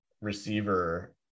receiver